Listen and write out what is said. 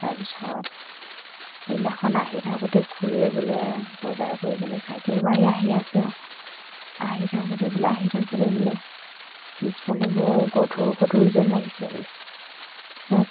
তাৰপিছত সেইদিনাখন আহি থাকোঁতে খুৰীয়ে বোলে বজাৰ কৰি পিনে চাইকেল মাৰি আহি আছে আৰু আহি থাকোঁতে বোলে আহি থাকোঁতে বোলে পিছফালে বৰ গধুৰ গধুৰ যেন লাগিছে বোলে